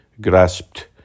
grasped